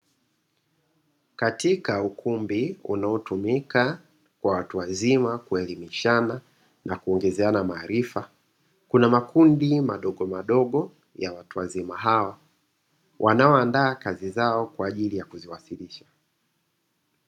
Katika ukumbi unao tumika kwa watu wazima kuelimishana na kuongezeana maarifa, kuna makundi madogo madogo ya watu wazima hawa, wanao andaa kazi zao kwa ajili ya kuziwasilisha.